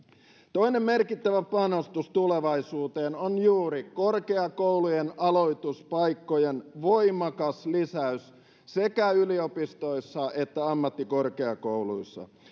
toinen merkittävä panostus tulevaisuuteen on juuri korkeakoulujen aloituspaikkojen voimakas lisäys sekä yliopistoissa että ammattikorkeakouluissa